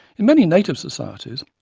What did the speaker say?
in many native societies,